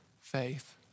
faith